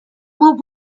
will